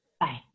Bye